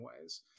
ways